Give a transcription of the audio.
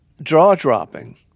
jaw-dropping